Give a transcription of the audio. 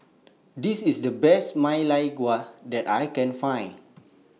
This IS The Best Ma Lai Gao that I Can Find